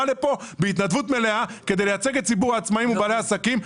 לפה בהתנדבות מלאה כדי לייצג את ציבור בעצמאים ובעלי העסקים,